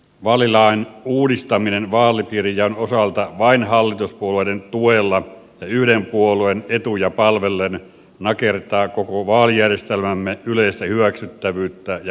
vaalilain uudistaminen vaalipiirijaon osalta vain hallituspuolueiden tuella ja yhden puolueen etuja palvellen nakertaa koko vaalijärjestelmämme yleistä hyväksyttävyyttä ja uskottavuutta